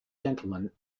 gentlemen